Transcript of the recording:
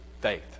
faith